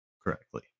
correctly